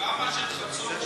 למה שתחפשו, ?